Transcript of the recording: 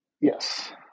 Yes